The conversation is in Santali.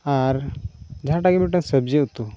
ᱟᱨ ᱡᱟᱦᱟᱴᱟᱜ ᱜᱮ ᱢᱤᱫᱴᱟᱱ ᱥᱚᱵᱽᱡᱤ ᱩᱛᱩ